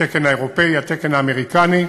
התקן האירופי והתקן האמריקני.